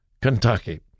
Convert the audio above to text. Kentucky